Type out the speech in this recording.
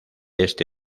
este